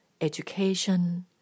education